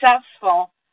successful